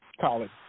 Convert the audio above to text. college